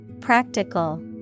Practical